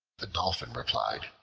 the dolphin replied,